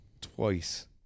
twice